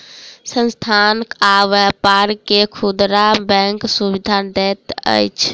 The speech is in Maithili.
संस्थान आ व्यापार के खुदरा बैंक सुविधा नै दैत अछि